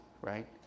right